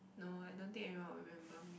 no I don't think everyone will remember me